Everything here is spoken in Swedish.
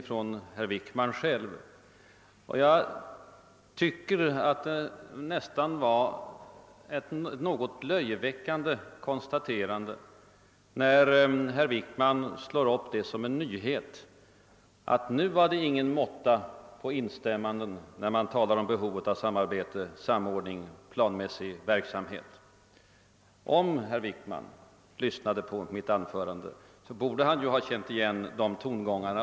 Det gjorde ett nästan löjeväckande intryck när herr Wickman gjorde gällande att det nu inte var någon måtta på instämmanden rörande behovet av samarbete, samordning och planmässig verksamhet. Om herr Wickman hade lyssnat till mitt anförande borde han ha fått klart för sig att vi i det hänseendet var eniga.